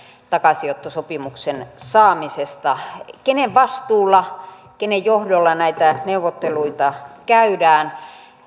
takaisinottosopimuksen saamisesta kenen vastuulla kenen johdolla näitä neuvotteluita käydään